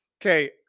Okay